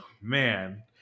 Man